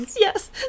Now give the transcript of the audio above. yes